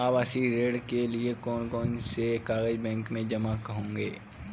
आवासीय ऋण के लिए कौन कौन से कागज बैंक में जमा होंगे?